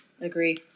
Agree